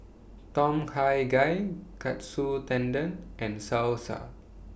Tom Kha Gai Katsu Tendon and Salsa